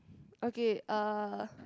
okay uh